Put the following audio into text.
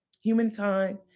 humankind